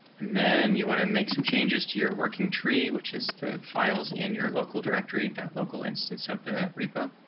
and then you want to make some changes to your working tree, which is the files in your local directory that local instance of the repo.